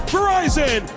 Verizon